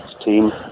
team